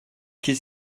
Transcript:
qu’est